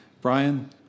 Brian